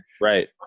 Right